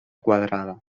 quadrada